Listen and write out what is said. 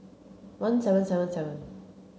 one seven seven seven